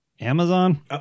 Amazon